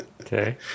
Okay